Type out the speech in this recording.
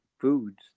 foods